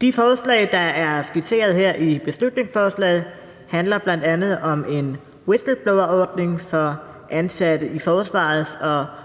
De forslag, der er skitseret her i beslutningsforslaget, handler bl.a. om en whistleblowerordning for ansatte i Forsvarets